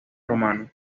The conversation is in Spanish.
romanos